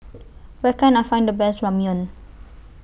Where Can I Find The Best Ramyeon